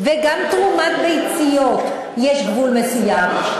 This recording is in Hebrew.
גם בתרומת ביציות יש גבול מסוים.